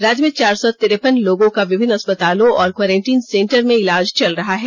राज्य में चार सौ तिरपन लोगों का विभिन्न अस्पतालों और क्वारेंटीन सेंटर में इलाज चल रहा है